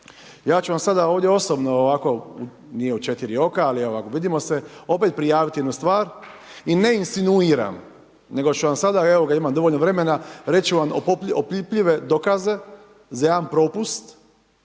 Ja ću vam sada ovdje osobno, ovako, nije u 4 oka, ali vidimo se, opet prijaviti jednu stvar i ne insinuiram, nego ću vam sada, evo imam dovoljno vremena, reću ću vam, opipljive dokaze, za jedan propust,